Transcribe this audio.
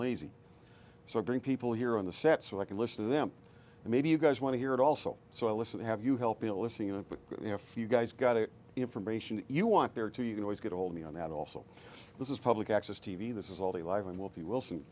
lazy so bring people here on the set so i can listen to them and maybe you guys want to hear it also so i listen have you help eliciting a few guys got the information you want there to you can always get ahold me on that also this is public access t v this is all the live and we'll be wilson